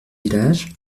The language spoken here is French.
village